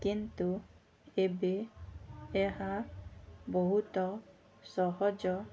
କିନ୍ତୁ ଏବେ ଏହା ବହୁତ ସହଜ